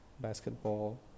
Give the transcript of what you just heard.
basketball